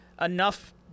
enough